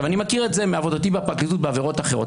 אני מכיר את זה מעבודתי בפרקליטות בעבירות אחרות.